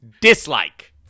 dislike